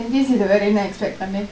J_C வேர என்ன:vera enna expect பன்ன:panna